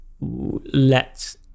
let